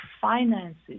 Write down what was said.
finances